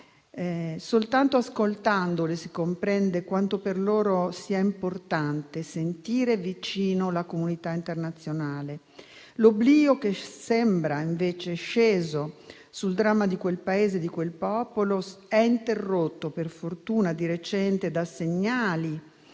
Soltanto ascoltandole, si comprende quanto per loro sia importante sentire vicina la comunità internazionale. L'oblio che sembra invece sceso sul dramma di quel Paese e di quel popolo per fortuna è stato recentemente